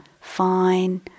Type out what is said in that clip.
fine